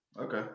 Okay